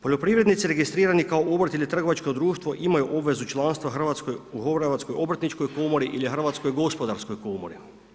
Poljoprivrednici registrirani kao obrt ili trgovačko društvo imaju obvezu članstva u Hrvatskoj obrtničkoj komori ili Hrvatskog gospodarskoj komori.